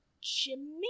Jimmy